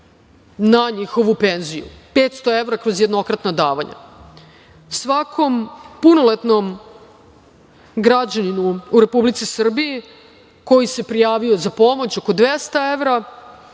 na njihovu penziju, kroz jednokratna davanja, svakom punoletnom građaninu u Republici Srbiji koji se prijavio za pomoć biće dato oko 200 evra,